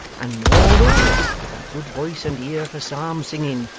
and moreover with a good voice and ear for psalm-singing,